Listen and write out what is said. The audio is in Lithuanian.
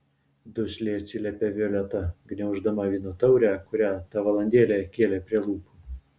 dusliai atsiliepė violeta gniauždama vyno taurę kurią tą valandėlę kėlė prie lūpų